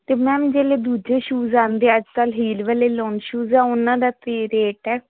ਅਤੇ ਮੈਮ ਜਿਹੜੇ ਦੂਜੇ ਸ਼ੂਜ ਆਉਂਦੇ ਅੱਜ ਕੱਲ੍ਹ ਹੀਲ ਵਾਲੇ ਲੋਂਗ ਸ਼ੂਜ ਆ ਉਹਨਾਂ ਦਾ ਕੀ ਰੇਟ ਹੈ